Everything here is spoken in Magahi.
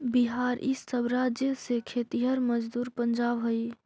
बिहार इ सब राज्य से खेतिहर मजदूर पंजाब जा हई